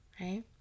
right